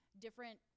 different